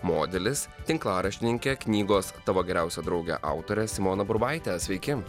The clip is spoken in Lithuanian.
modelis tinklaraštininkė knygos tavo geriausia draugė autorė simona burbaitė sveiki